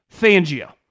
Fangio